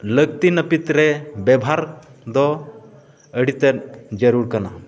ᱞᱟᱹᱠᱛᱤ ᱱᱟᱹᱯᱤᱛ ᱨᱮ ᱵᱮᱵᱷᱟᱨ ᱫᱚ ᱟᱹᱰᱤ ᱛᱮᱫ ᱡᱟᱹᱨᱩᱲ ᱠᱟᱱᱟ